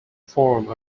form